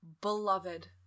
beloved